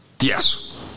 Yes